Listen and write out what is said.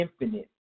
infinite